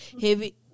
heavy